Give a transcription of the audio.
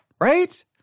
right